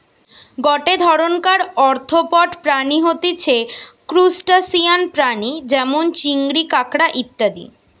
গটে ধরণকার আর্থ্রোপড প্রাণী হতিছে ত্রুসটাসিয়ান প্রাণী যেমন চিংড়ি, কাঁকড়া ইত্যাদি